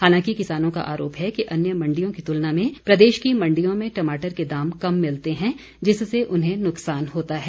हालांकि किसानों का आरोप है कि अन्य मंडियों की तुलना में प्रदेश की मंडियों में टमाटर के दाम कम मिलते हैं जिससे उन्हें नुकसान होता है